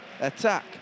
Attack